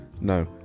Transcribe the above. No